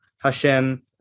Hashem